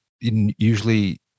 usually